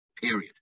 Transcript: period